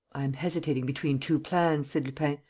i am hesitating between two plans, said lupin,